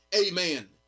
Amen